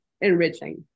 enriching